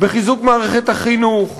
בחיזוק מערכת החינוך,